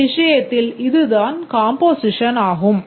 இந்த விஷயத்தில் இது தான் காம்போசிஷன் ஆகும்